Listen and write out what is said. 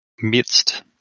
midst